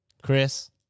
Chris